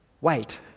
wait